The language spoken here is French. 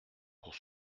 pour